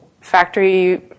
Factory